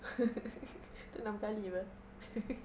tu enam kali apa